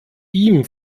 ihm